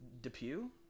Depew